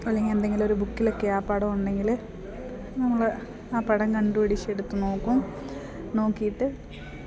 അല്ലെങ്കിൽ എന്തെങ്കിലുമൊരു ബുക്കിലൊക്കെ ആ പടമുണ്ടെങ്കിൽ നമ്മൾ ആ പടം കണ്ടുപിടിച്ചെടുത്ത് നോക്കും നോക്കിയിട്ട്